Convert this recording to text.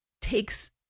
takes